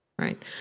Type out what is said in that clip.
Right